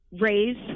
raise